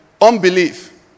unbelief